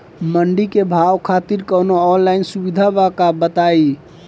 मंडी के भाव खातिर कवनो ऑनलाइन सुविधा बा का बताई?